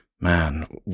Man